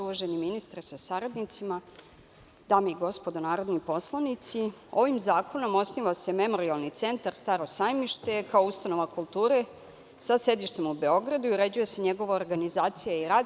Uvaženi ministre sa saradnicima, dame i gospodo narodni poslanici, ovim zakonom osniva se Memorijalni centar „Staro sajmište“ kao ustanova kulture sa sedištem u Beogradu i uređuje se njegova organizacija i rad.